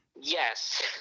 Yes